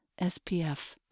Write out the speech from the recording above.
SPF